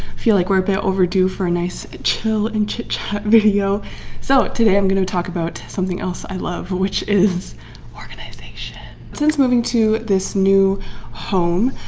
feel like we're a bit overdue for a nice chill and chit-chat video so today i'm gonna talk about something else i love which is organization since moving to this new home,